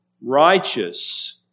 righteous